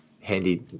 Handy